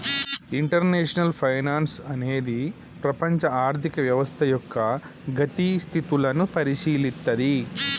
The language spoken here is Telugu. ఇంటర్నేషనల్ ఫైనాన్సు అనేది ప్రపంచ ఆర్థిక వ్యవస్థ యొక్క గతి స్థితులను పరిశీలిత్తది